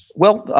well,